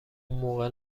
موقع